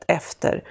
efter